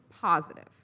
positive